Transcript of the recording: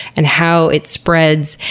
and how it spreads,